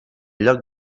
lloc